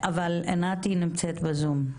אבל עינת נמצאת בזום.